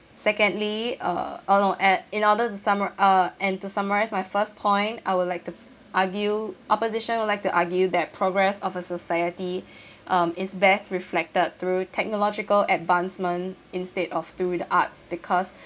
secondly uh oh no at in order to sumar~ uh and to summarise my first point I would like to argue opposition would like to argue that progress of a society um is best reflected through technological advancement instead of through the arts because